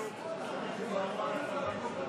ששב אלינו, ומאחלים לו החלמה מהירה ורפואה שלמה.